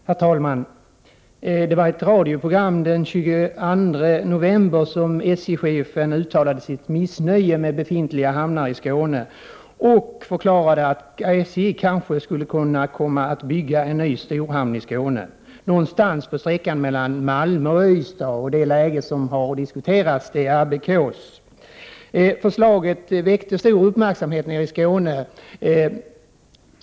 Herr talman! I ett radioprogram den 22 november uttalade SJ-chefen sitt missnöje över befintliga hamnar i Skåne. Han förklarar då att SJ kanske skulle kunna komma att bygga en ny storhamn i Skåne någonstans på sträckan mellan Malmö och Ystad. Ett läge som har diskuterats är Abbekås. Förslaget har väckt stor uppmärksamhet nere i Skåne.